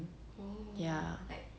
ya